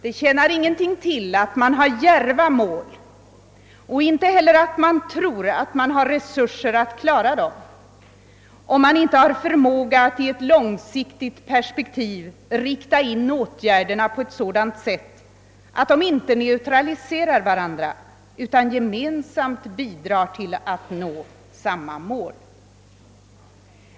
Det tjänar ingenting till att man har djärva mål och inte heller att man tror att man har resurser att klara dem, om man inte har förmågan att i ett långsiktigt perspektiv rikta in åtgärderna på ett sådant sätt att de inte neutraliserar varandra utan gemensamt bidrar:till att nå samma mål.